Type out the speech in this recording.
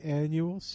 annual